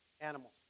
animals